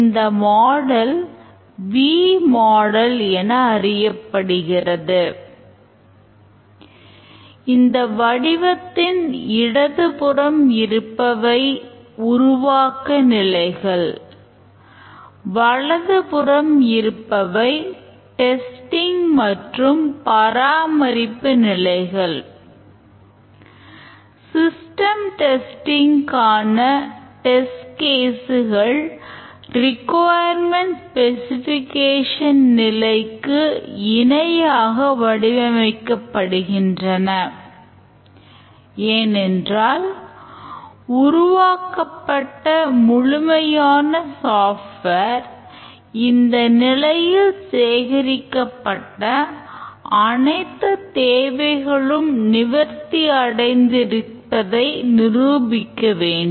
இந்த மாடலை இந்த நிலையில் சேகரிக்கப்பட்ட அனைத்துத் தேவைகளும் நிவர்த்தி அடைந்து இருப்பதை நிரூபிக்க வேண்டும்